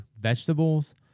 vegetables